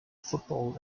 football